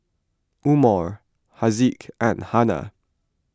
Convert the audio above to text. Umar Haziq and Hana